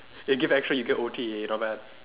eh give extra you get O_T not bad